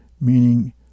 meaning